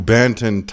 Banton